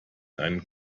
einen